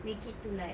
make it to like